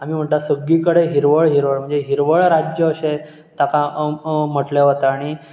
आमी म्हणटा सगळे कडेन हिरवळ हिरवळ म्हणजे हिरवळ राज्य अशें ताका म्हटलें वता आनी